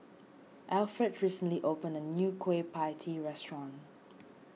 Alfred recently opened a new Kueh Pie Tee restaurant